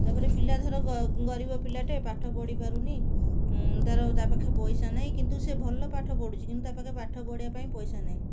ତା'ପରେ ପିଲା ଧର ଗରିବ ପିଲାଟେ ପାଠ ପଢ଼ିପାରୁନି ତା'ର ତା'ପାଖେ ପଇସା ନାହିଁ କିନ୍ତୁ ସେ ଭଲ ପାଠ ପଢ଼ୁଛି କିନ୍ତୁ ତା'ପାଖେ ପାଠ ପଢ଼ିବା ପାଇଁ ପଇସା ନାହିଁ